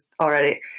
already